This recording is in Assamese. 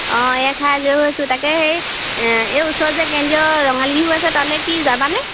অঁ এইয়া খাই আজৰি হৈছোঁ তাকে হেৰি এই ওচৰত যে কেন্দ্ৰীয় ৰঙালী বিহু আছে তালৈ কি যাবা নে